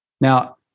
Now